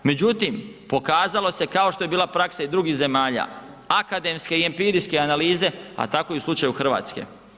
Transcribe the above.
Međutim pokazalo se kao što je bila praksa i drugih zemalja, akademske i empirijske analize a tako i u slučaju Hrvatske.